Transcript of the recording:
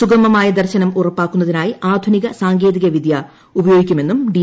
സുഗമമായ ദർശനം ഉറപ്പാക്കുന്നതിനായി ആധുനിക സാങ്കേതിക വിദ്യ ഉപയോഗിക്കുമെന്നും ഡി